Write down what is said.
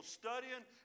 studying